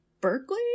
Berkeley